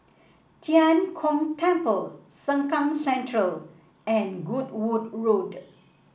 Tian Kong Temple Sengkang Central and Goodwood Road